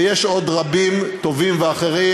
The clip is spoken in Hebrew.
ויש עוד רבים טובים ואחרים,